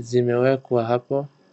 zimewekwa hapo .